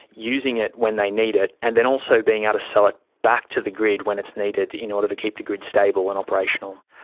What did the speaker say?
using it when they need it, and then also being able ah to sell it back to the grid when it's needed in order to keep the grid stable and operational.